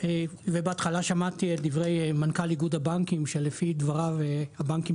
ובהתחלה שמעתי את דברי מנכ"ל איגוד הבנקים שלפי דבריו הבנקים